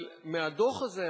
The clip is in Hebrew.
אבל מהדוח הזה,